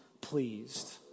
pleased